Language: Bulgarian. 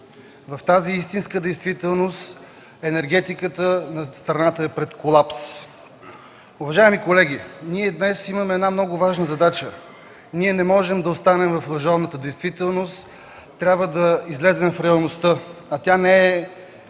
В тази истинска действителност енергетиката на страната е пред колапс. Уважаеми колеги, днес имаме много важна задача – не можем да останем в лъжовната действителност, трябва да излезем в реалността, а тя не е